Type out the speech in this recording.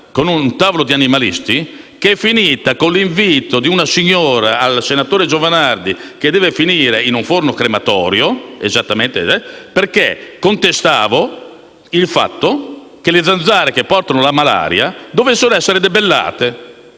con un tavolo di animalisti che è finita con l'auspicio di una signora che il senatore Giovanardi finisse in un forno crematorio, perché contestavo il fatto che le zanzare che portano la malaria dovessero essere debellate.